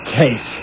case